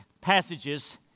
passages